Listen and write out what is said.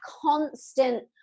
constant